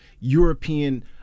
European